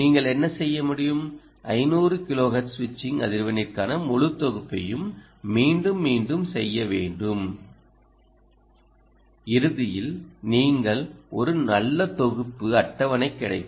நீங்கள் என்ன செய்ய முடியும் 500 கிலோஹெர்ட்ஸ் சுவிட்சிங் அதிர்வெண்ணிற்கான முழு தொகுப்பையும் மீண்டும் மீண்டும் செய்ய வேண்டும் இறுதியில் நீங்கள் ஒரு நல்ல தொகுப்பு அட்டவணை கிடைக்கும்